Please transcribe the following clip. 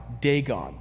Dagon